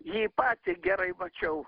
jį patį gerai mačiau